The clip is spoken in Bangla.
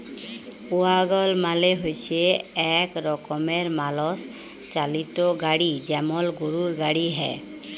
ওয়াগল মালে হচ্যে এক রকমের মালষ চালিত গাড়ি যেমল গরুর গাড়ি হ্যয়